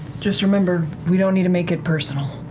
just remember, we don't need to make it personal.